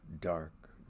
dark